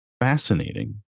fascinating